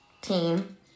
team